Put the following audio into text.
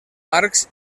arcs